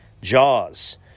Jaws